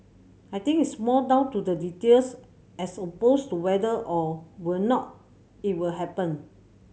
I think it's more down to the details as opposed to whether or would not it will happen